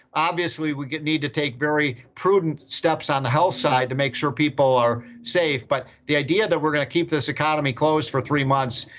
obviously we need to take very prudent steps on the health side to make sure people are safe, by but the idea that we're going to keep this economy closed for three months,